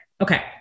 Okay